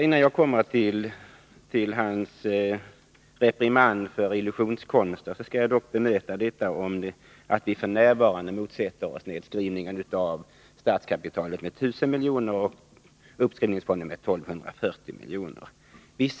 Innan jag kommer till hans reprimand för illusionskonster skall jag dock bemöta vad som sagts om att vi f.n. motsätter oss nedskrivning av statskapitalet med 1000 miljoner och uppskrivningsfonden med 1240 miljoner.